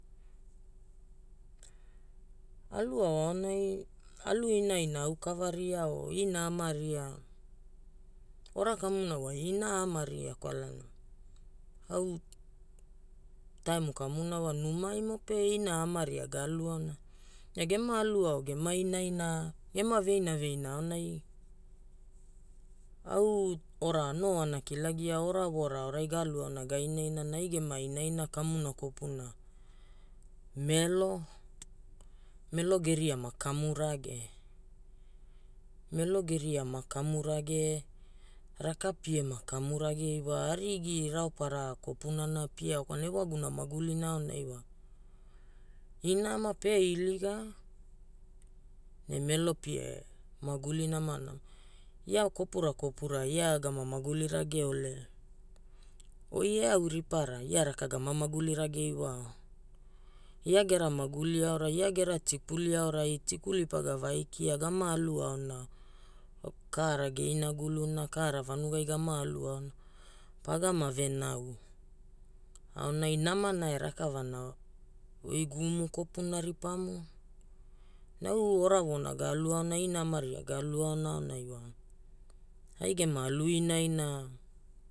Alu ao aonai, alu inaina au kava ria o ina ama ria, ora kamuna wa ina ama ria kwalana au taimu kamuna wa numaimo pe ina ama ria ga alu aona. Na gema alu ao gema inaina, gema veina veina aonai, au ora no ana kilagia, ora voora aoraia ga alua aona ga inainana ai gema inaina kamuna kopuna melo. Melo geria makamu rage, Melo geria makamu rage, raka pie ma kamu rage iwa. Arigi raopara kopunana pie ao. Kwlana ewaguna magulina aonai wa ina ama pe iliga ne melo pie maguli namanama. Ia kopurakopura ia gama maguli rageole, oi e au ripara, ia raka gama maguli rage iwao. ia gera maguli aorai ia gera tikuli aorai, tikuli paga va aikia, gama alu aona. ka ara ge inaguluna, ka ra vanugai gama alu aona, pagama venau aonai namana e rakavana, oi guumu kopuna ripamu. Na au ora voona ga alu aona, ina ama ria ga alu aonai wa, ai gema alu inaina